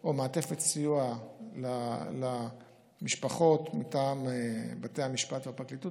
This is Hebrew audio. או מעטפת סיוע למשפחות מטעם בתי המשפט והפרקליטות,